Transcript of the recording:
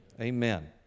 amen